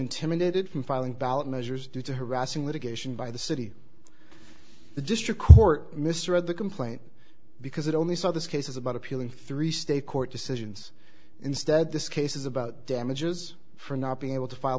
intimidated from filing ballot measures due to harassing litigation by the city the district court mr read the complaint because it only saw this cases about appealing three state court decisions instead this case is about damages for not being able to file